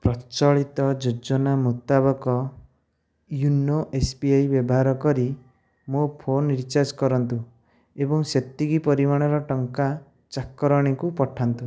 ପ୍ରଚଳିତ ଯୋଜନା ମୁତାବକ ୟୋନୋ ଏସ୍ ବି ଆଇ ବ୍ୟବହାର କରି ମୋ ଫୋନ୍ ରିଚାର୍ଜ କରନ୍ତୁ ଏବଂ ସେତିକି ପରିମାଣର ଟଙ୍କା ଚାକରଣୀକୁ ପଠାନ୍ତୁ